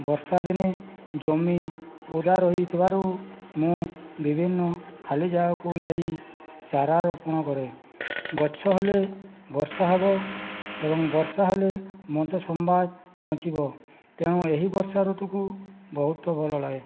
ବର୍ଷା ଦିନେ ଜମି ଓଦା ରହିଥିବାରୁ ମୁଁ ବିଭିନ୍ନ ଖାଲି ଜାଗାକୁ ଯାଇ ଚାରା ରୋପଣ କରେ ଗଛ ହେଲେ ବର୍ଷା ହେବ ଏବଂ ବର୍ଷା ହେଲେ ମଣିଷ ସମାଜ ବଞ୍ଚିବ ତେଣୁ ଏହି ବର୍ଷା ଋତୁକୁ ବହୁତ ଭଲ ଲାଗେ